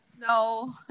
no